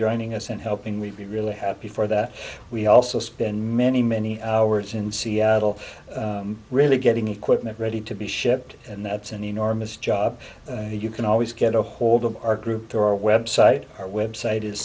joining us and helping we'd be really happy for that we also spend many many hours in seattle really getting equipment ready to be shipped and that's an enormous job that you can always get ahold of our group through our website our website is